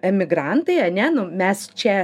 emigrantai ane nu mes čia